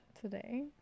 Today